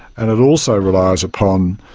and it also relies upon,